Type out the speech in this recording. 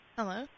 Hello